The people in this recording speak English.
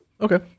Okay